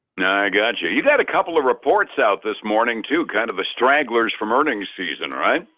yeah, i got you. you've had a couple of reports out this morning too, kind of a stragglers from earnings season right?